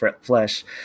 flesh